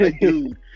dude